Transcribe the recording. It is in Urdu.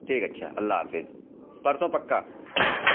ٹھیک ہے اچھا اللہ حافظ پرسوں پکا